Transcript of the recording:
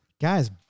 Guys